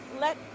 Let